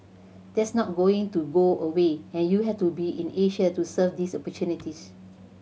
that's not going to go away and you have to be in Asia to serve these opportunities